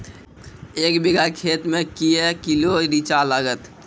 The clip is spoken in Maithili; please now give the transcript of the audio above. एक बीघा खेत मे के किलो रिचा लागत?